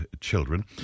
children